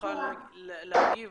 שתוכל להגיב